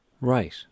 right